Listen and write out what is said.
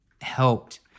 helped